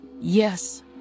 Yes